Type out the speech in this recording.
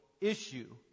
issue